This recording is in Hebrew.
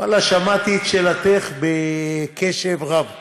שמעתי את שאלתך בקשב רב,